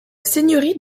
seigneurie